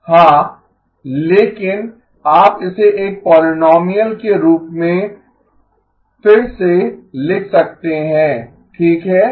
हाँ लेकिन आप इसे एक पोलीनोमीअल के रूप में फिर से लिख सकते हैं ठीक है